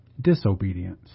disobedience